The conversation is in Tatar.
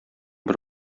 бер